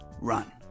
run